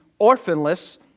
orphanless